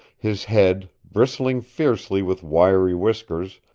his head, bristling fiercely with wiry whiskers,